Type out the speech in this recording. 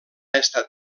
estat